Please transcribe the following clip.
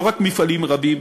לא רק מפעלים רבים,